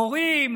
למורים,